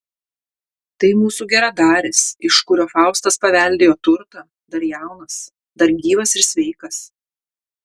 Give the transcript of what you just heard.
tai mūsų geradaris iš kurio faustas paveldėjo turtą dar jaunas dar gyvas ir sveikas